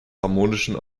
harmonischen